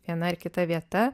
viena ar kita vieta